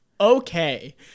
okay